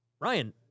Ryan